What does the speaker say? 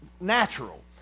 natural